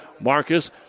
Marcus